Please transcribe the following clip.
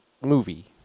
movie